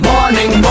Morning